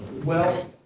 well,